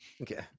Okay